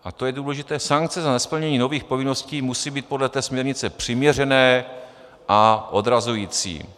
A to je důležité sankce za nesplnění nových povinností musí být podle té směrnice přiměřené a odrazující.